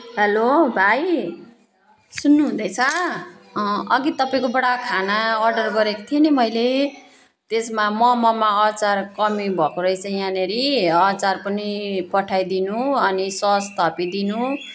hello भाइ सुन्नुहुँदैछ अघि तपाईँकोबाट खाना अर्डर गरेको थिएँ नि मैले त्यसमा मोमोमा अचार कमी भएको रहेछ यहाँनेरि अचार पनि पठाइदिनु अनि सस थपिदिनु